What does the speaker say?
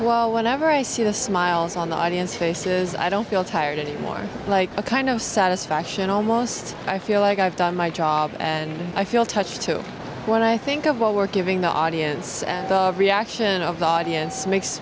well whenever i see the smiles on the audience faces i don't feel tired anymore like a kind of satisfaction almost i feel like i've done my job and i feel touched when i think of what we're giving the audience reaction of the audience makes